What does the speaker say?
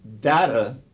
data